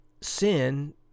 Sin